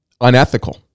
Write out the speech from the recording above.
unethical